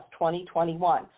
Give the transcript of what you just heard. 2021